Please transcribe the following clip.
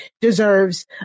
deserves